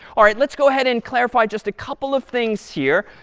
all right, let's go ahead and clarify just a couple of things here.